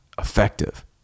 effective